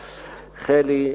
חלי,